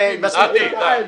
הדיון.